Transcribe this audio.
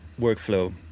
workflow